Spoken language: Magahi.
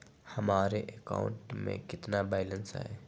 हमारे अकाउंट में कितना बैलेंस है?